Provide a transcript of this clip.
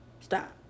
stop